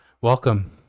welcome